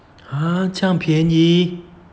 !huh! 这样便宜